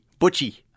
Butchie